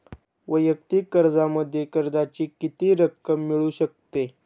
वैयक्तिक कर्जामध्ये कर्जाची किती रक्कम मिळू शकते?